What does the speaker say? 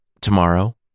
Tomorrow